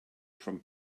from